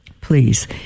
Please